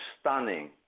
stunning